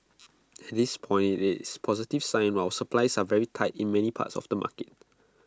at this point IT is A positive sign while supplies are very tight in many parts of the market